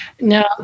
Now